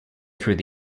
through